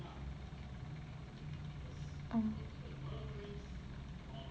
uh